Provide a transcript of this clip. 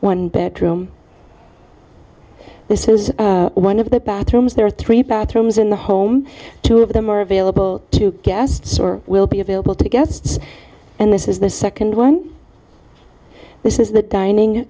one bedroom this is one of the bathrooms there are three bathrooms in the home two of them are available to guests or will be available to guests and this is the second one this is the dining